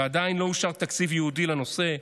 ועדיין לא אושר תקציב ייעודי לנושא,